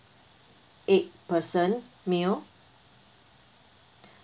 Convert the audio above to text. eight person meal